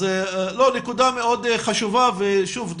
אז לא נקודה מאוד חשובה ושוב,